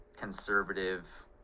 conservative